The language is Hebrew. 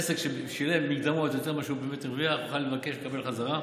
עסק ששילם מקדמות יותר מאשר הוא באמת הרוויח יוכל לבקש ולקבל חזרה.